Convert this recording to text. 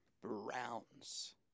Browns